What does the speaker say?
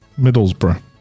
Middlesbrough